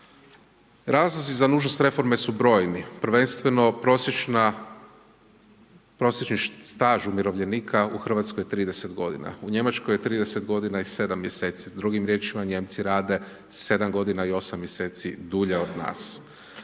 Razlozi za nužnost reforme su brojni. Prvenstveno prosječni staž umirovljenika u Hrvatskoj je 30 godina. U Njemačkoj je 30 godina i 7 mjeseci. Drugim riječima Nijemci rade 7 godina i osam mjeseci dulje od nas.